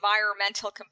environmental